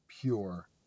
pure